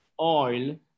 oil